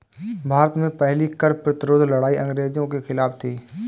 भारत में पहली कर प्रतिरोध लड़ाई अंग्रेजों के खिलाफ थी